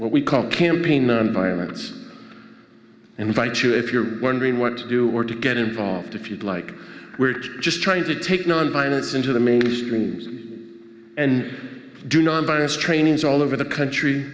what we call campaign violence invite you if you're wondering what to do or to get involved if you'd like we're just trying to take nonviolence into the mainstream and do nonviolence trainings all over the country